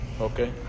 okay